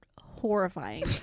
horrifying